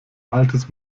altes